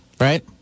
Right